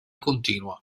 continua